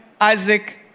Isaac